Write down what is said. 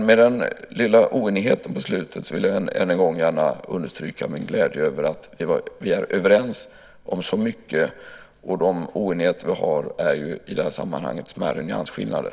Med den lilla oenigheten på slutet vill jag dock än en gång gärna understryka min glädje över att vi är överens om så mycket. De oenigheter vi har är i det här sammanhanget smärre nyansskillnader.